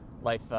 Life